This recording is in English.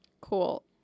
Cool